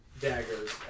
daggers